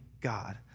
God